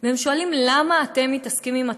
והם שואלים: למה אתם מתעסקים עם התקשורת?